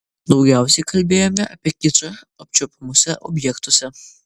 daugiausiai kalbėjome apie kičą apčiuopiamuose objektuose